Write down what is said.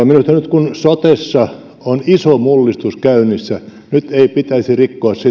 nyt kun sotessa on iso mullistus käynnissä ei pitäisi rikkoa sitä